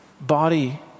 body